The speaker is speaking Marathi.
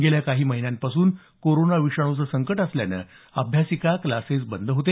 गेल्या काही महिन्यांपासून कोरोना विषाणूचं संकट असून अभ्यासिका क्लासेस बंद होते